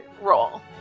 role